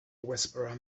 whisperer